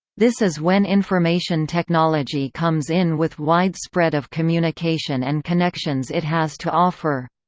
this is when information technology comes in with wide spread of communication and connections it has to offer.